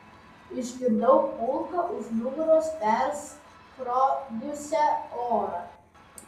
išgirdau kulką už nugaros perskrodusią orą